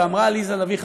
ואמרה עליזה לביא,